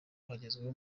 hagezweho